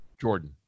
Jordan